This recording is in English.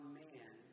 man